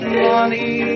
money